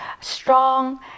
strong